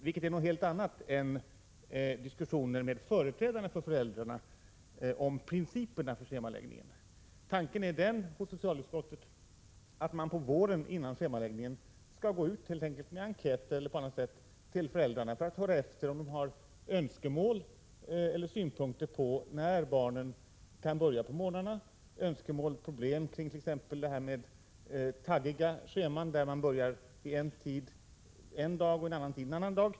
Det är någonting helt annat än diskussioner med företrädare för föräldrarna om principerna för schemaläggningen. Tanken inom socialutskottet var att man på våren före schemaläggningen skall gå ut med enkäter till föräldrarna, som får ange önskemål om eller synpunkter på när barnen kan börja skolan på morgonen, om det är problem med t.ex. ”taggiga” scheman, där barnen börjar en viss tid en dag och en annan tid en annan dag.